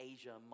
Asia